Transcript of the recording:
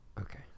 Okay